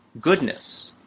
goodness